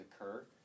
occur